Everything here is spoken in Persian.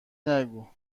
نگو